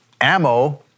ammo